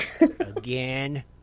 Again